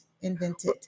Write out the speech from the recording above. Invented